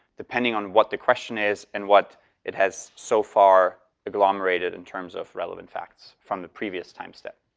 depending on what the question is and what it has so far agglomerated in terms of relevant facts from the previous time step,